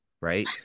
right